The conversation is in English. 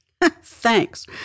Thanks